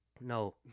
No